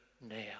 now